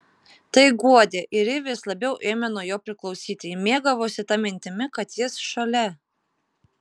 tai guodė ir ji vis labiau ėmė nuo jo priklausyti ji mėgavosi ta mintimi kad jis šalia